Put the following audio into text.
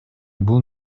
бул